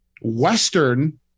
Western